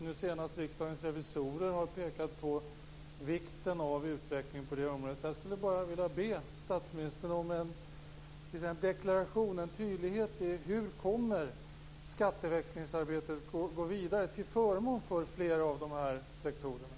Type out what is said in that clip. Senast var det Riksdagens revisorer som pekade på vikten av utvecklingen på detta område. Jag skulle vilja be statsministern om tydlighet i frågan om hur skatteväxlingsarbetet kommer att gå vidare, till förmån för flera av de här sektorerna.